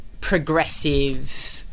progressive